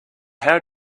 how